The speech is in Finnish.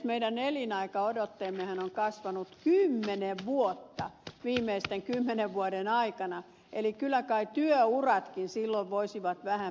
meidän elinaikaodotteemmehan on kasvanut kymmenen vuotta viimeisten kymmenen vuoden aikana eli kyllä kai työuratkin silloin voisivat vähän pidentyä